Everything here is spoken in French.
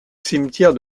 cimetière